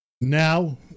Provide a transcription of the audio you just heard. Now